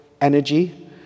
energy